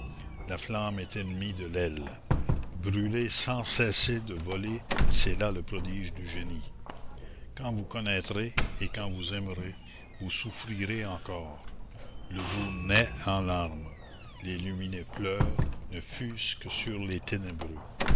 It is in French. la flamme est ennemie de l'aile brûler sans cesser de voler c'est là le prodige du génie quand vous connaîtrez et quand vous aimerez vous souffrirez encore le jour naît en larmes les lumineux pleurent ne fût-ce que sur les ténébreux